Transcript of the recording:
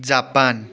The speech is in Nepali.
जापान